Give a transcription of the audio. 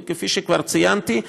וכפי שכבר ציינתי,